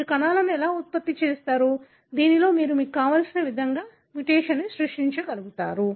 మీరు కణాలను ఎలా ఉత్పత్తి చేస్తారు దీనిలో మీరు మీకు కావలసిన విధంగా మ్యుటేషన్ను సృష్టించగలుగుతారు